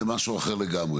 זה משהו אחר לגמרי.